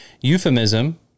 Euphemism